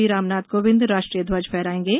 राष्ट्रपति रामनाथ कोविंद राष्ट्रीय ध्वज फहरायेंगे